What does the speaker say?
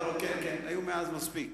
כן כן, היו מאז מספיק.